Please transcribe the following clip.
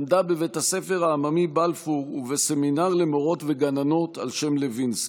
למדה בבית הספר העממי בלפור ובסמינר למורות ולגננות על שם לוינסקי.